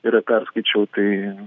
yra perskaičiau tai